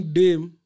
dame